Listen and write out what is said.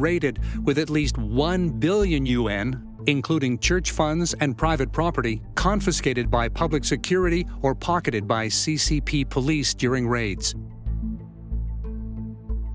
raided with at least one billion un including church funds and private property confiscated by public security or pocketed by c c p police during raids